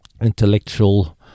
intellectual